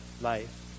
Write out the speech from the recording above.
life